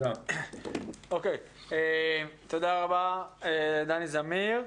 תודה רבה לדני זמיר.